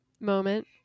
moment